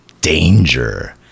Danger